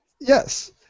Yes